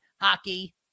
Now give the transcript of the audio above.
Hockey